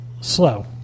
slow